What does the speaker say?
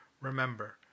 Remember